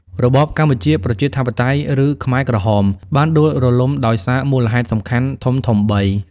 របបកម្ពុជាប្រជាធិបតេយ្យ ឬខ្មែរក្រហម បានដួលរលំដោយសារមូលហេតុសំខាន់ធំៗបី។